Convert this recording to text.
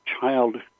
child